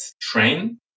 train